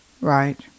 Right